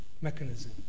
mechanism